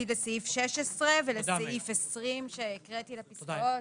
לסעיף 16 ולסעיף 20 שהקראתי לפסקאות.